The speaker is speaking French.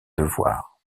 devoir